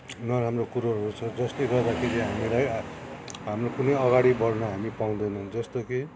नराम्रो कुरोहरू छ जसले गर्दाखेरि हामीलाई आ हाम्रो कुनै अगाडि बढ्न हामी पाउँदैनौँ जस्तो कि